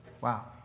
Wow